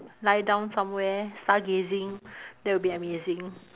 lie down somewhere stargazing that would be amazing